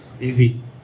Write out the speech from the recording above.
easy